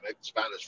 Spanish